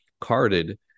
carded